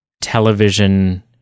television